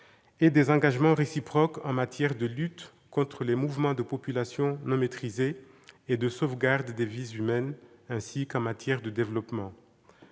et des engagements réciproques en matière de lutte contre les mouvements de population non maîtrisés et de sauvegarde des vies humaines en mer, ainsi qu'en matière de développement.